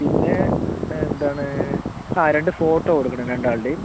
പിന്നെ എന്താണ് ആ രണ്ട് ഫോട്ടോ കൊടുക്കണം രണ്ട് ആളുടെയും